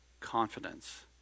confidence